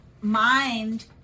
mind